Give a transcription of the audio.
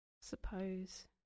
suppose